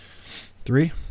Three